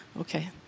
Okay